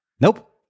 Nope